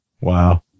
Wow